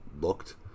looked